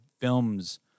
films